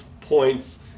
points